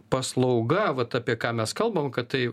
paslauga vat apie ką mes kalbam kad tai